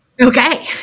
Okay